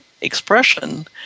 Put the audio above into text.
expression